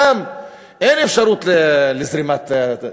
ושם אין אפשרות לזרימת תנועה.